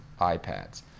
iPads